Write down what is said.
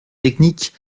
techniques